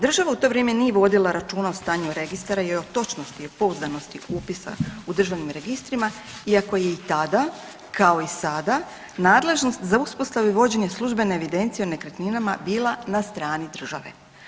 Država u to vrijeme nije vodila računa o stanju registara i o točnosti i pouzdanosti upisa u državnim registrima iako je i tada kao i sada nadležnost za uspostavu i vođenje službene evidencije o nekretninama bila na strani države.